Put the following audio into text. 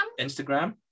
Instagram